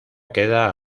queda